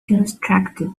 constructed